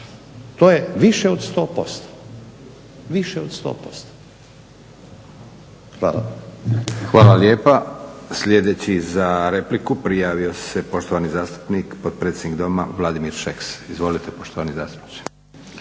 To je više od 100%. Hvala. **Leko, Josip (SDP)** Hvala lijepa. Sljedeći za repliku prijavo se poštovani zastupnik potpredsjednik Doma Vladimir Šeks. Izvolite poštovani zastupniče.